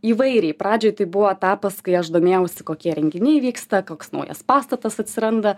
įvairiai pradžioj tai buvo etapas kai aš domėjausi kokie renginiai vyksta koks naujas pastatas atsiranda